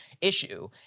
issue